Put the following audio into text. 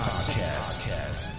Podcast